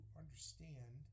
understand